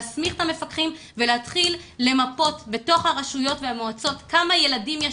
להסמיך את המפקחים ולהתחיל למפות בתוך הרשויות והמועצות כמה ילדים יש,